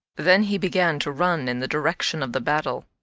then he began to run in the direction of the battle.